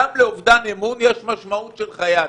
גם לאובדן האמון יש משמעות של חיי אדם,